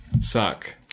suck